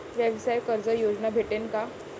व्यवसाय कर्ज योजना भेटेन का?